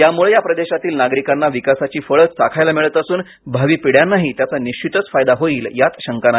यामुळे या प्रदेशातील नागरिकांना विकासाची फळे चाखायला मिळत असून भावी पिढ्यांनाही त्याचा निश्वितच फायदा होईल यात शंका नाही